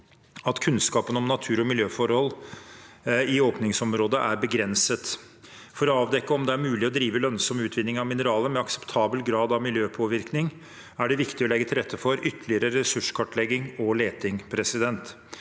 at kunnskapen om natur- og miljøforhold i åpningsområdet er begrenset. For å avdekke om det er mulig å drive lønnsom utvinning av mineraler med akseptabel grad av miljøpåvirkning, er det viktig å legge til rette for ytterligere ressurskartlegging og leting. En